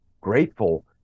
grateful